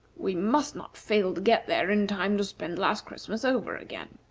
we must not fail to get there in time to spend last christmas over again.